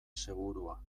segurua